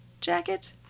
jacket